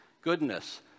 goodness